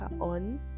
on